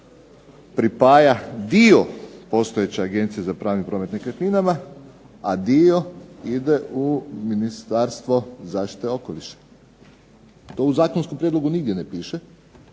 pripaja dio postojeće Agencije za pravni promet nekretninama, a dio ide u Ministarstvo zaštite okoliša. To u zakonskom prijedlogu nigdje ne piše,